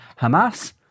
Hamas